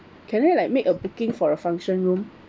can I like make a booking for a function room